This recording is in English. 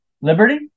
liberty